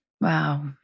Wow